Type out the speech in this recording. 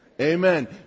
Amen